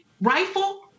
rifle